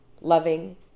loving